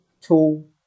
two